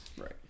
Right